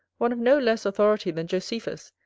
one of no less authority than josephus,